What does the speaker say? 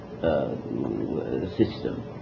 System